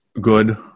good